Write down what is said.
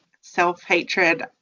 self-hatred